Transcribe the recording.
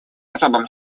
особым